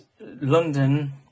London